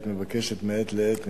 היית מבקשת מעת לעת,